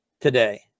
today